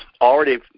already